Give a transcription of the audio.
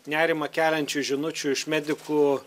nerimą keliančių žinučių iš medikų